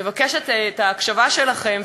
מבקשת את ההקשבה שלכם,